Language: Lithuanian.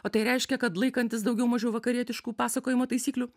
o tai reiškia kad laikantis daugiau mažiau vakarietiškų pasakojimo taisyklių